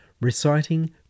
reciting